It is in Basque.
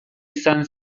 izan